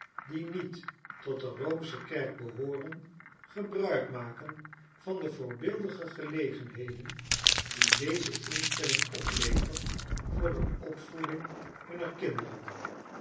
die niet tot de roomsche kerk behooren gebruik maken van de voordeelige gelegenheden die deze instelling oplevert voor de opvoeding hunner kinderen